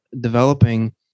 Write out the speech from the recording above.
developing